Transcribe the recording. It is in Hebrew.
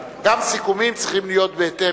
גם סיכומים צריכים להיות בהתאם.